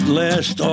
last